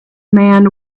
man